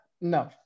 No